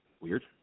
Weird